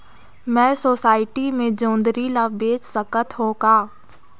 मैं सोसायटी मे जोंदरी ला बेच सकत हो का?